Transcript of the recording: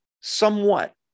somewhat